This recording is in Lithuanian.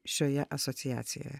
šioje asociacijoje